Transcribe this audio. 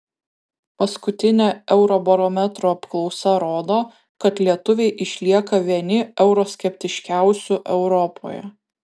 paskutinė eurobarometro apklausa rodo kad lietuviai išlieka vieni euroskeptiškiausių europoje